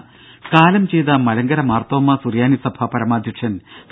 രുര കാലം ചെയ്ത മലങ്കര മാർത്തോമാ സുറിയാനി സഭാ പരമാധ്യക്ഷൻ ഡോ